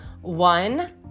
one